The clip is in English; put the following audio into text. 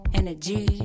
energy